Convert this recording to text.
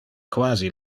quasi